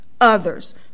others